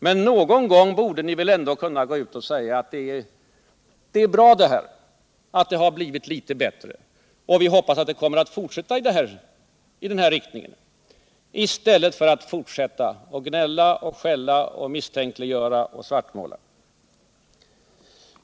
Men någon gång borde ni väl ändå kunna gå ut och säga att det är bra att det har blivit litet bättre, och vi hoppas att det kommer att fortsätta i den här riktningen, i stället för att fortsätta att gnälla och skälla, misstänkliggöra och svartmåla.